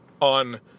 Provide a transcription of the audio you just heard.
on